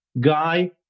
guy